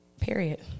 Period